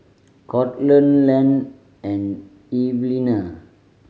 Courtland Len and Evelina